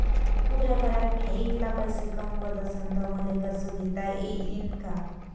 पुऱ्या घरात मी ऐकला पैसे कमवत असन तर मले कर्ज घेता येईन का?